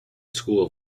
school